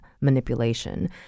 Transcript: manipulation